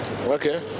okay